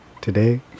Today